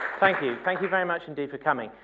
thank you. thank you very much indeed for coming.